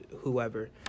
whoever